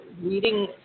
reading